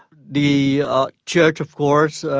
the church, of course,